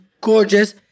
gorgeous